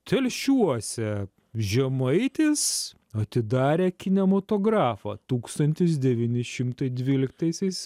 telšiuose žemaitis atidarė kinematografą tūkstantis devyni šimtai dvyliktaisiais